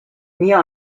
mia